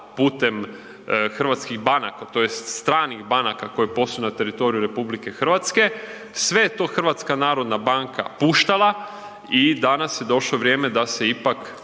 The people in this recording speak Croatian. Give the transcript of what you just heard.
putem hrvatskih banaka tj. stranih banaka koje posluju na teritoriju RH, sve je to HNB puštala i danas je došlo vrijeme da se ipak